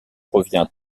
revient